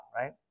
right